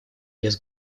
без